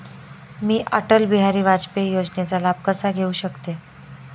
मी अटल बिहारी वाजपेयी योजनेचा लाभ कसा घेऊ शकते?